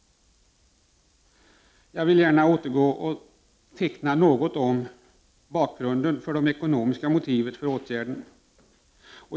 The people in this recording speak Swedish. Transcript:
Jag avser nu att teckna något om bakgrunden till det ekonomiska motivet för åtgärden.